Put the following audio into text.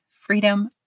freedom